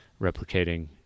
replicating